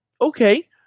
Okay